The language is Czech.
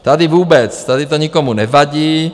Tady vůbec, tady to nikomu nevadí.